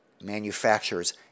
manufacturers